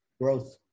growth